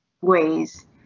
ways